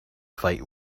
fight